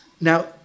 Now